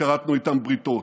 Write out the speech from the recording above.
שכרתנו איתן בריתות,